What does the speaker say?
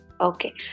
Okay